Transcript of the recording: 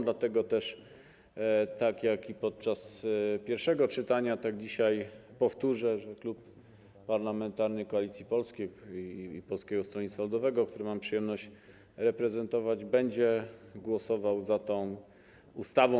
Dlatego też, tak jak i podczas pierwszego czytania, dzisiaj powtórzę, że klub parlamentarny Koalicji Polskiej i Polskiego Stronnictwa Ludowego, który mam przyjemność reprezentować, będzie głosował za tą ustawą.